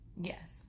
Yes